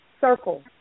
Circle